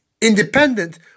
independent